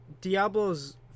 Diablo's